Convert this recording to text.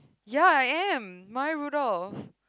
ya I am Maya-Rudolph